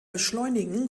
beschleunigen